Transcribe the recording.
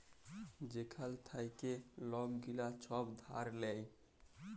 যেখাল থ্যাইকে লক গিলা ছব ধার লেয়